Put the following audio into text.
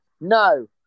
no